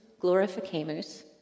glorificamus